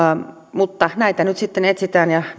mutta näitä nyt sitten etsitään ja